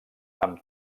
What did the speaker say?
amb